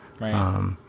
Right